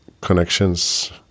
connections